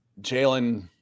Jalen